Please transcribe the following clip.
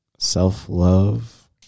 Self-love